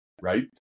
right